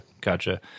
Gotcha